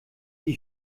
die